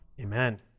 Amen